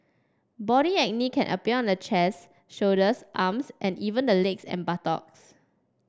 body acne can appear on the chest shoulders arms and even the legs and buttocks